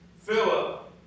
Philip